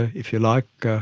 if you like,